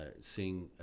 seeing